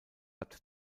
hat